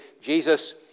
Jesus